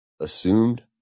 assumed